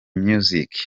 music